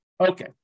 Okay